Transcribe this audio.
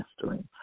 mastering